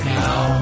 now